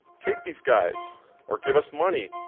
take these guys or give us money,